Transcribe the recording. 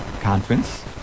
conference